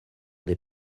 des